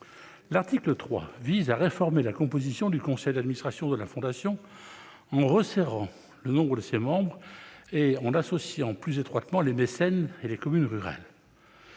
L'article 3 réforme la composition du conseil d'administration de la Fondation en resserrant le nombre de ses membres et en associant plus étroitement les mécènes et les communes rurales.